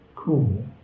cool